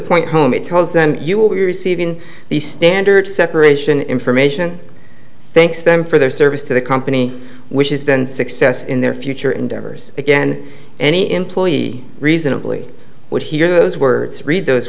point home it tells them you will be receiving the standard separation information thanks them for their service to the company which is then success in their future endeavors again any employee reasonably would hear those words read those